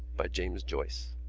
by james joyce